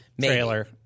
Trailer